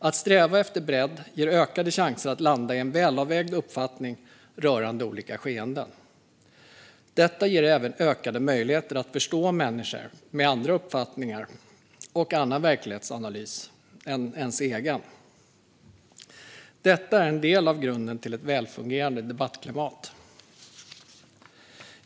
Att sträva efter bredd ger ökade chanser att landa i en välavvägd uppfattning rörande olika skeenden. Detta ger även ökade möjligheter att förstå människor med andra uppfattningar och annan verklighetsanalys än ens egen. Det här är en del av grunden till ett välfungerande debattklimat.